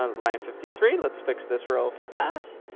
ah line fifty three, let's fix this real fast.